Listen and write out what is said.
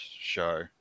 show